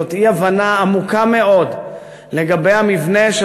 זאת אי-הבנה עמוקה מאוד לגבי המבנה של